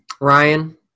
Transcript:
Ryan